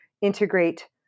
integrate